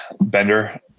bender